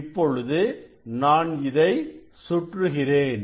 இப்பொழுது நான் இதை சுற்றுகிறேன்